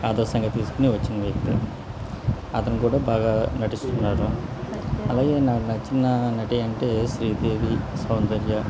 ఆదర్శంగా తీసుకొని వచ్చిన వ్యక్తే అతను కూడా బాగా నటిస్తున్నారు అలాగే నాకు నచ్చిన నటి అంటే శ్రీదేవి సౌందర్య